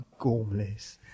gormless